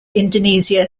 indonesia